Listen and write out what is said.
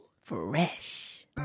Fresh